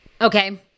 okay